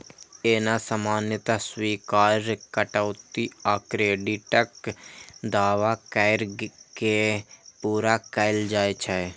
एना सामान्यतः स्वीकार्य कटौती आ क्रेडिटक दावा कैर के पूरा कैल जाइ छै